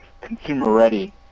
consumer-ready